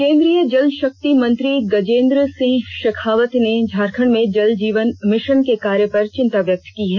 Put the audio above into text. केंद्रीय जल शक्ति मंत्री गजेंद्र सिंह शेखावत ने झारखंड में जल जीवन मिशन के कार्य पर चिंता व्यक्त की है